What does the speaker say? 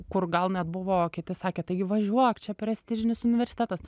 kur gal net buvo kiti sakė taigi važiuok čia prestižinis universitetas